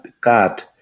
God